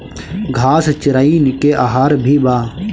घास चिरईन के आहार भी बा